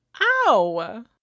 Ow